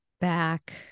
back